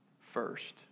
first